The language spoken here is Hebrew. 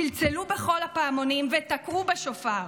צלצלו בכל הפעמונים ותקעו בשופר,